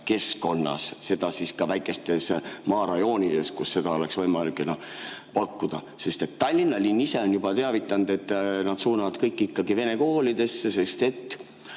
keskkonnas, ka väikestes maarajoonides, kus seda oleks võimalik pakkuda. Sest Tallinna linn ise on teavitanud, et nad suunavad kõik ikkagi vene koolidesse, sest